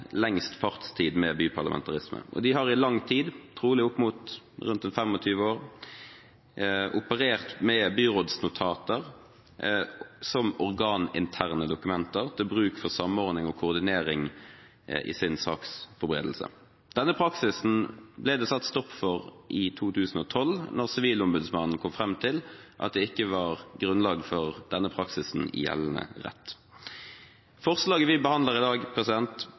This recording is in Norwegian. lengst fartstid med byparlamentarisme. De har i lang tid, trolig opp mot rundt 25 år, operert med byrådsnotater som organinterne dokumenter til bruk for samordning og koordinering i sine saksforberedelser. Denne praksisen ble det satt stopp for i 2012, da Sivilombudsmannen kom fram til at det ikke var grunnlag for denne praksisen i gjeldende rett. Forslaget vi behandler i dag,